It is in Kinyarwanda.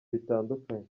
bitandukanye